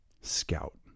scout